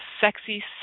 sexy